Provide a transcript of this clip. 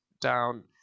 down